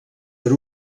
per